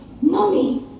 Mommy